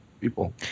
people